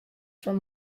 from